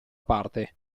parte